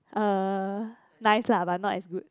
uh nice lah but not as good